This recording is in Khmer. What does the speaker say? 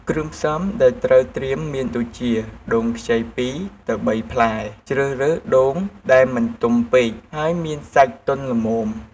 គ្រឿងផ្សំដែលត្រូវត្រៀមមានដូចជា ដូងខ្ចី ២ ទៅ ៣ ផ្លែ ជ្រើសរើសដូងដែលមិនទុំពេក ហើយមានសាច់ទន់ល្មម។